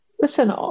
listen